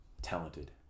Talented